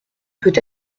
peut